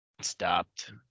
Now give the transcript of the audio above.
Stopped